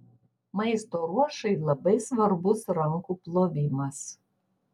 maisto ruošai labai svarbus rankų plovimas